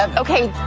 um okay,